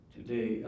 Today